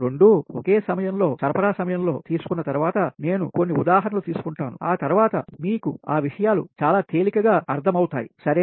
రెండూ ఒకే సమయంలో సరఫరా సమయంలో తీసుకున్న తరువాత నేను కొన్ని ఉదాహరణలు తీసుకుంటాను ఆ తర్వాత మీకు ఈ విషయాలు చాలా తేలికగా అర్థమవుతాయి చూస్తారు సరే